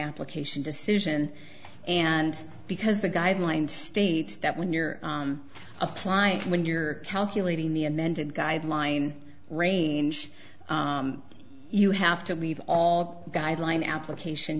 application decision and because the guidelines states that when you're applying when you're calculating the amended guideline range you have to leave all guideline application